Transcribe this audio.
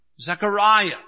Zechariah